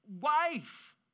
wife